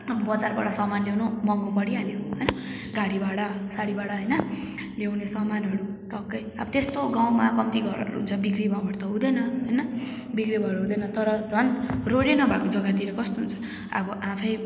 बजारबाट सामान ल्याउनु महँगो परिहल्यो होइन गाडी भाडा साडी भाडा होइन ल्याउने सामानहरू टक्कै अब त्यस्तो गाउँमा कम्ती घरहरू हुन्छ बिक्री भाउहरू त हुँदैन होइन बिक्री भाउहरू हुँदैन तर झन रोडै नभएको जग्गातिर कस्तो हुन्छ अब आफै